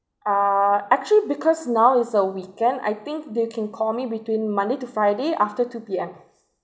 uh actually because now is a weekend I think they can call me between monday to friday after two P_M